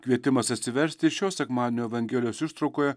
kvietimas atsiversti ir šio sekmadienio evangelijos ištraukoje